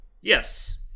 yes